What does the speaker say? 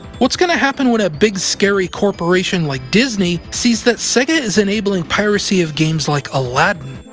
what's going to happen when a big, scary corporation like disney sees that sega is enabling piracy of games like aladdin?